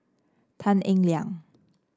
Tan Eng Liang